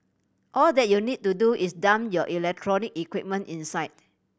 all that you need to do is dump your electronic equipment inside